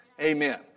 amen